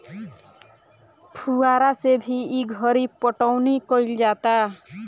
फुहारा से भी ई घरी पटौनी कईल जाता